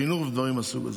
לחינוך ודברים מהסוג הזה.